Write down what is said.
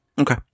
Okay